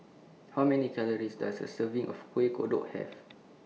How Many Calories Does A Serving of Kuih Kodok Have